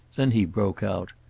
then he broke out.